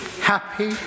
Happy